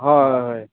ହଏ ହଏ